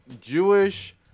Jewish